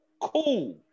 cool